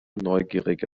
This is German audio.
neugierige